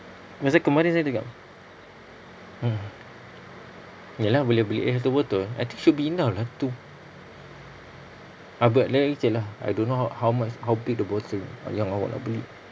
pasal kelmarin saya dah cakap mm ya lah boleh beli lagi satu botol I think should be enough lah to ah but let it lah I don't know how how much how big the bottle yang awak nak beli